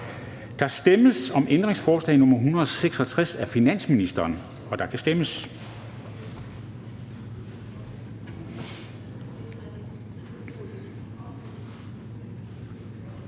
Der stemmes om ændringsforslag nr. 746 af V, og der kan stemmes.